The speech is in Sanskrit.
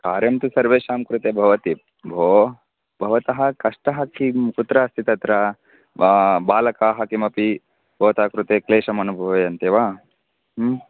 कार्यं तु सर्वेषां कृते भवति भोः भवतः कष्टः किं कुत्र अस्ति तत्र वा बालकाः किमपि भवतः कृते क्लेषम् अनुभूयन्ते वा ह्म्